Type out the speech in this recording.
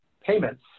payments